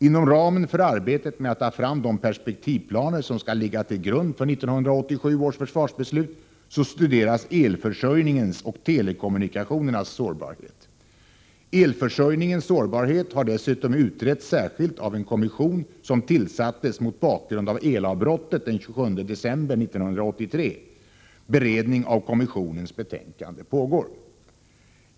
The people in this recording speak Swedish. Inom ramen för arbetet med att ta fram de perspektivplaner som skall ligga till grund för 1987 års försvarsbeslut studeras elförsörjningens och telekommunikationernas sårbarhet. Elförsörjningens sårbarhet har dessutom utretts särskilt av en kommission som tillsattes mot bakgrund av elavbrottet den 27 december 1983. Beredning av kommissionens betänkande pågår.